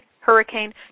hurricane